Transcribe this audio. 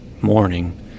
morning